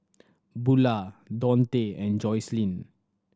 Bula Dontae and Jocelynn